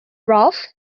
ralph